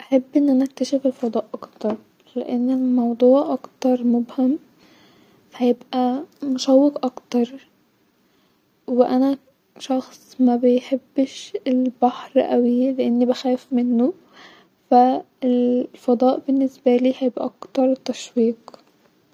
احب ان انا اكتشفف الفضاء اكتر-لان الموضوع اكتر مبهم-فا-هيبقي موق اكتر-وانا شخص مبيحبش البحر اوي لاني بحاف منو-فا ال-فضاء بالنسبالي هيبقي اكتر تشويق